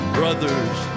brothers